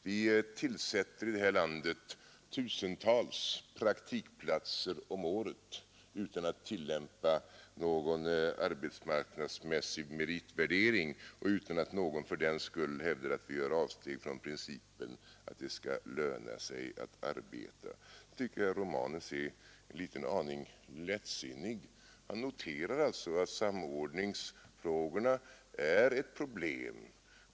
Vi tillsätter i det här landet tusentals praktikplatser om året utan att tillämpa någon arbets marknadsmässig meritvärdering och utan att någon fördenskull hävdar att vi gör avsteg från principen att det skall löna sig att arbeta. Jag tycker att herr Romanus är en liten aning lättsinnig. Han noterar att samordningsfrågorna är ett problem.